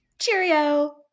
Cheerio